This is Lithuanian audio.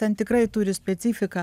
ten tikrai turi specifiką